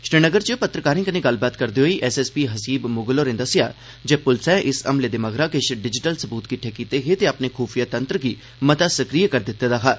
श्रीनगर च पत्रकारें कन्नै गल्लबात करदे होई एसएसपी हसीब मुगल होरें दस्सेआ जे पुलसै इस हमले दे मगरा किश डिजिटल सबूत किट्ठे कीते हे ते अपने खूफिया तंत्र गी मता सक्रिय करी दित्ते दा हा